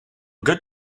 good